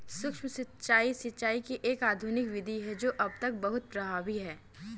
सूक्ष्म सिंचाई, सिंचाई की एक आधुनिक विधि है जो अब तक बहुत प्रभावी है